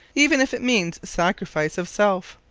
even if it means sacrifice of self.